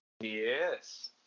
Yes